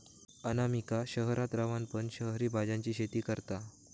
अनामिका शहरात रवान पण शहरी भाज्यांची शेती करता